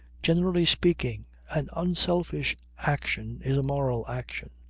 generally speaking, an unselfish action is a moral action.